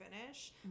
finish